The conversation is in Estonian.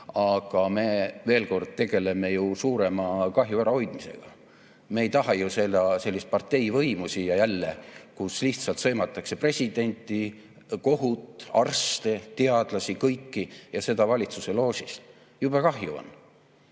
Aga, veel kord, me tegeleme ju suurema kahju ärahoidmisega. Me ei taha ju sellist parteivõimu siia jälle, kus lihtsalt sõimatakse presidenti, kohut, arste, teadlasi, kõiki, ja seda valitsuse loožist. Jube kahju on.